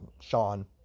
Sean